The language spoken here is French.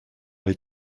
les